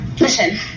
Listen